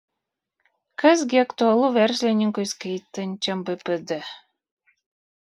kas gi aktualu verslininkui skaitančiam bpd